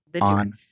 On